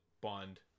Bond